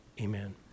Amen